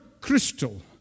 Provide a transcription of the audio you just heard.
crystal